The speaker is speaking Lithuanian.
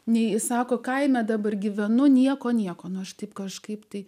nei sako kaime dabar gyvenu nieko nieko nors taip kažkaip tai